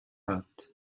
hot